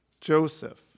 Joseph